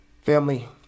Family